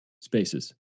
spaces